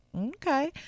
Okay